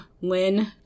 Lynn